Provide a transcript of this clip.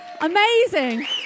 Amazing